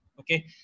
Okay